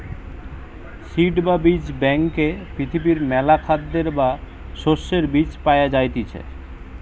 seed বা বীজ ব্যাংকে পৃথিবীর মেলা খাদ্যের বা শস্যের বীজ পায়া যাইতিছে